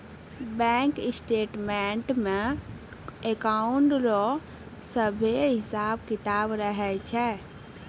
bank statements मे account रो सभे हिसाब किताब रहै छै